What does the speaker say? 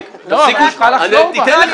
אתה זייפת בחירות -- אני זייפתי בחירות?